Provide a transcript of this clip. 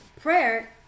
Prayer